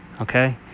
Okay